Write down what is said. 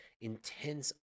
intense